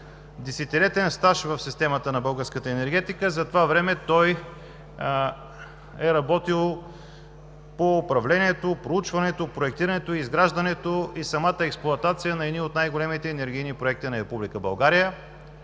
десетилетен стаж в системата на българската енергетика. Затова време той е работил по управлението, проучването, проектирането, изграждането и самата експлоатация на едни от най-големите енергийни проекти на Република България.